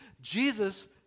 Jesus